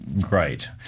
great